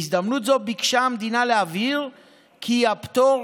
בהזדמנות זו ביקשה המדינה להבהיר כי הפטור